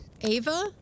Ava